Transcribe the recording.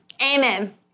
amen